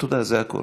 תודה, זה הכול.